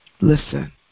Listen